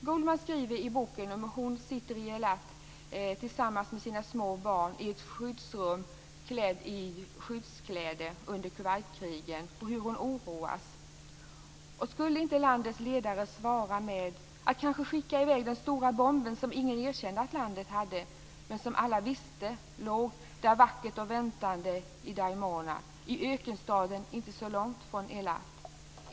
Goldman skriver i boken om hur hon sitter i ett skyddsrum i Eilat under Kuwaitkriget tillsammans med sina små barn, klädd i skyddskläder, och hur hon oroas: "Och skulle inte Landets ledare svara med - att kanske skicka i väg den stora bomben som ingen erkände att Landet hade, men som alla visste låg där vackert och väntade i Dimona, i ökenstaden inte så långt från Eilat.